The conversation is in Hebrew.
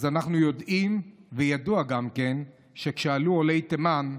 אז אנחנו יודעים, ידוע שכשעלו עולי תימן,